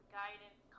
guidance